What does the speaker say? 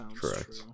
correct